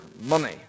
money